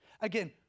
Again